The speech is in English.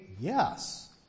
Yes